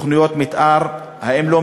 שיהיו לו תוכניות מתאר?